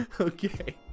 okay